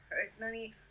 personally